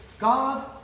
God